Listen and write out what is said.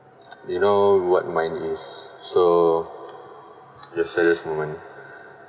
you know what mine is so your saddest moment